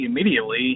immediately